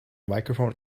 microphone